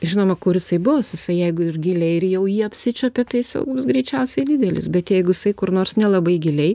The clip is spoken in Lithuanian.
žinoma kur jisai bus jisai jeigu ir giliai ir jau jį apsičiuopi tai jis jau bus greičiausiai didelis bet jeigu jisai kur nors nelabai giliai